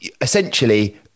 Essentially